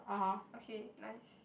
okay nice